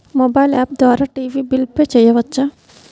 Mobile app ద్వారా TV bill pay చేయవచ్చా?